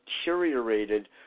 deteriorated